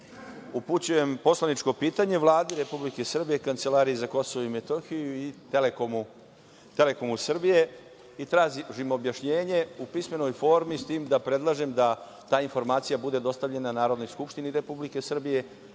upućujem poslaničko pitanje Vladi Republike Srbije, Kancelariji za Kosovo i Metohiju i „Telekomu Srbije“ i tražim objašnjenje u pismenoj formi, s tim da predlažem da ta informacija bude dostavljena Narodnoj skupštini Republike Srbije,